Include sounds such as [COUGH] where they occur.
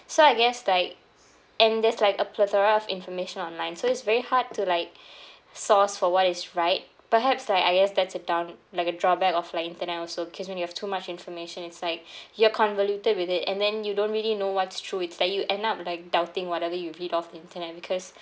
so I guess like and there's like a plethora of information online so it's very hard to like source for what is right perhaps like I guess that's a down like a drawback of like internet also because when you have too much information it's like [BREATH] you're convoluted with it and then you don't really know what's true it's like you end up like doubting whatever you read off internet because